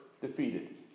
defeated